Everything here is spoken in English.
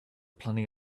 plenty